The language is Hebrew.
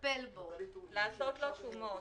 לעשות לו שומות.